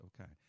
okay